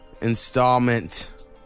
installment